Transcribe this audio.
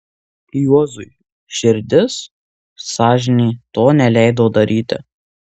juozui širdis sąžinė to neleido daryti